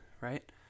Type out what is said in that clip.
Right